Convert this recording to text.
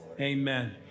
Amen